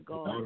God